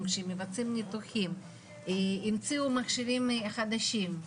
שמבצעים ניתוחים המציאו מכשירים חדשים,